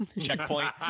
checkpoint